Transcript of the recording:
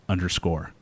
Underscore